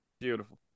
Beautiful